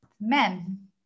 men